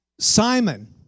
Simon